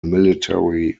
military